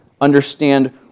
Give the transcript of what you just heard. understand